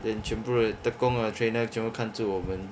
then 全部的 tekong 的 trainer 全部看住我们